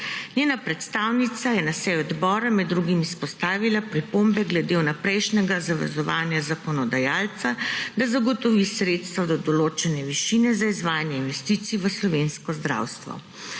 Njena predstavnica je na seji odbora med drugim izpostavila pripombe glede vnaprejšnjega zavezovanja zakonodajalca, da zagotovi sredstva do določene višine za izvajanje investicij v slovensko zdravstvo.